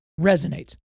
resonates